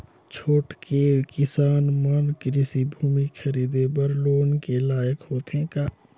छोटके किसान मन कृषि भूमि खरीदे बर लोन के लायक होथे का?